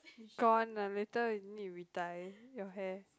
gone lah later you need to re dye your hair